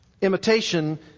Imitation